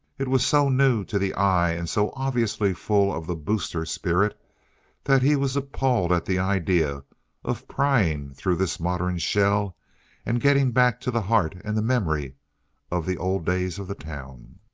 it was so new to the eye and so obviously full of the booster spirit that he was appalled at the idea of prying through this modern shell and getting back to the heart and the memory of the old days of the town.